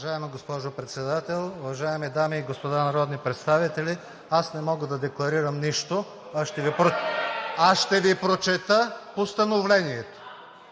Уважаема госпожо Председател, уважаеми дами и господа народни представители! Аз не мога да декларирам нищо, а ще Ви прочета Постановлението.